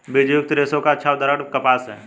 बीजयुक्त रेशे का अच्छा उदाहरण कपास है